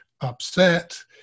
upset